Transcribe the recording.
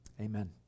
amen